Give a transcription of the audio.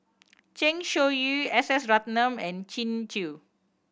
Zeng Shouyin S S Ratnam and Kin Chui